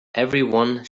everyone